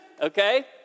okay